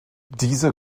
diese